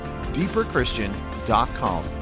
deeperchristian.com